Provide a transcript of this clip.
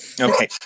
Okay